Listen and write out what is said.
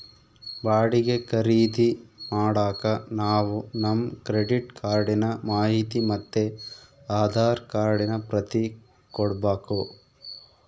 ಬಾಡಿಗೆ ಖರೀದಿ ಮಾಡಾಕ ನಾವು ನಮ್ ಕ್ರೆಡಿಟ್ ಕಾರ್ಡಿನ ಮಾಹಿತಿ ಮತ್ತೆ ಆಧಾರ್ ಕಾರ್ಡಿನ ಪ್ರತಿ ಕೊಡ್ಬಕು